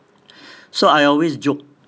so I always joke